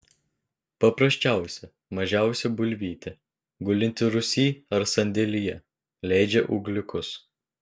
paprasčiausia mažiausia bulvytė gulinti rūsy ar sandėlyje leidžia ūgliukus